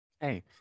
Hey